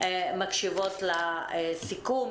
מקשיבות לסיכום,